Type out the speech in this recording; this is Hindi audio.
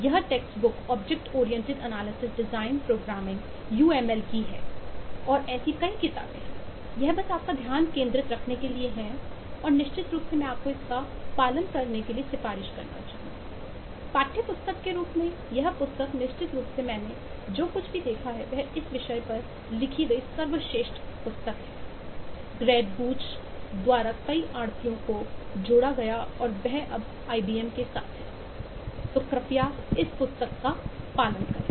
यह text books object oriented analysis design programming U M L द्वारा कई आढ़तियों को जोड़ा गया और वह अब आईबीएम के साथ हैं और कृपया इस पुस्तक का पालन करें